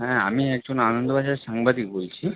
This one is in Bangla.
হ্যাঁ আমি একজন আনন্দবাজার সাংবাদিক বলছি